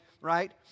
right